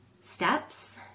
steps